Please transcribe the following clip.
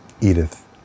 Edith